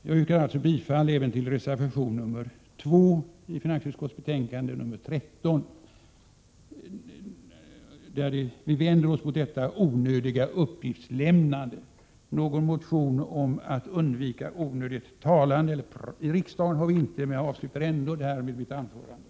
Jag yrkar alltså bifall även till reservation 2 i betänkandet. Vi vänder oss mot detta onödiga uppgiftslämnande. Någon motion om att undvika onödigt talande i riksdagen har inte väckts, men jag vill ändå avsluta mitt anförande nu.